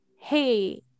hey